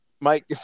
Mike